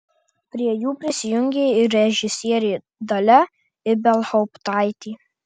prie jų prisijungė ir režisierė dalia ibelhauptaitė